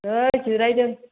नै जिरायदों